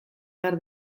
behar